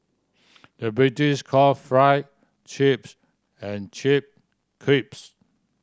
the British call chips and chip crisps